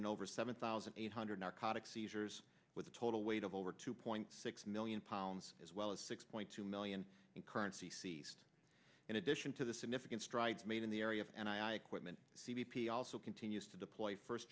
in over seven thousand eight hundred narcotic seizures with a total weight of over two point six million pounds as well as six point two million in currency ceased in addition to the significant strides made in the area and i equipment c b p also continues to deploy first